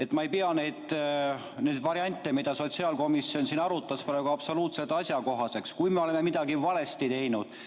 et ma ei pea neid variante, mida sotsiaalkomisjon arutas, absoluutselt asjakohaseks. Kui me oleme midagi valesti teinud,